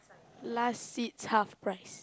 last sits half price